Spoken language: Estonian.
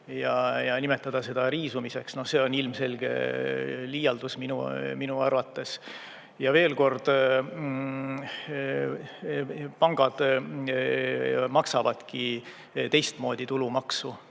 ja nimetada seda riisumiseks. No see on ilmselge liialdus minu arvates. Ja veel kord, pangad maksavadki teistmoodi tulumaksu